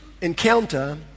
encounter